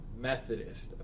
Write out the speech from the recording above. Methodist